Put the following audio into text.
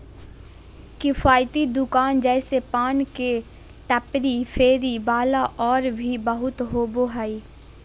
किफ़ायती दुकान जैसे पान के टपरी, फेरी वाला और भी बहुत होबा हइ